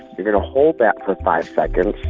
you're going to hold that for five seconds,